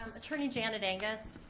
attorney janet angus.